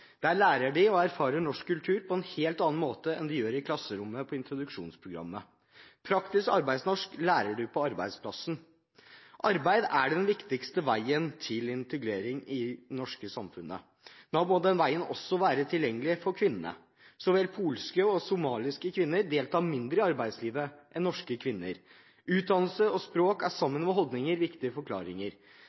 arbeidslivet. Der lærer de og erfarer norsk kultur på en helt annen måte enn de gjør i klasserommet på introduksjonsprogrammet. Praktisk arbeidsnorsk lærer du på arbeidsplassen. Arbeid er den viktigste veien til integrering i det norske samfunnet. Da må den veien også være tilgjengelig for kvinnene. Så vel polske som somaliske kvinner deltar mindre i arbeidslivet enn norsk kvinner. Utdannelse og språk er sammen med holdninger viktige forklaringer.